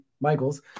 Michaels